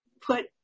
put